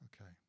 Okay